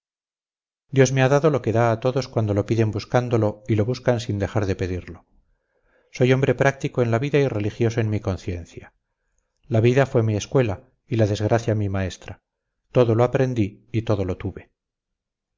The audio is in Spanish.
dios me ha dado lo que da a todos cuando lo piden buscándolo y lo buscan sin dejar de pedirlo soy hombre práctico en la vida y religioso en mi conciencia la vida fue mi escuela y la desgracia mi maestra todo lo aprendí y todo lo tuve